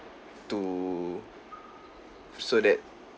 to so that